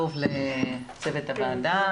בוקר טוב לצוות הוועדה,